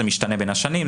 זה משתנה בין השנים,